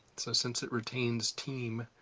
so since it retains teem,